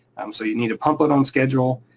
um so you need to pump it on schedule.